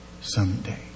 someday